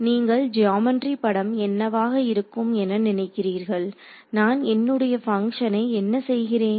நீங்கள் ஜியாமெட்ரி படம் என்னவாக இருக்கும் என நினைக்கிறீர்கள் நான் என்னுடைய பங்ஷனை என்ன செய்கிறேன்